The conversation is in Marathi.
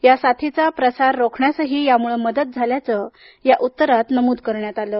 या साथीचा प्रसार रोखण्यासही यामुळं मदत झाल्याचं या उत्तरात नमूद करण्यात आलं आहे